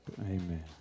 Amen